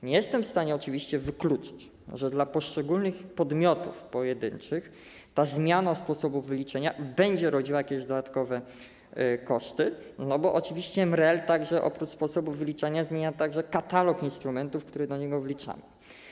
Nie jestem w stanie oczywiście wykluczyć, że dla poszczególnych, pojedynczych podmiotów ta zmiana sposobu wyliczenia będzie rodziła jakieś dodatkowe koszty, bo oczywiście MREL oprócz sposobów wyliczania zmienia także katalog instrumentów, które do niego wliczamy.